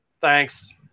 Thanks